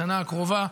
לשנה הקרובה.